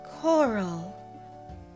Coral